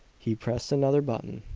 he pressed another button,